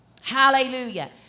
Hallelujah